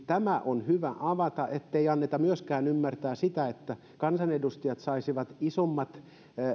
tämä on hyvä avata ettei anneta myöskään ymmärtää niin että kansanedustajat saisivat isommat